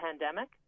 pandemic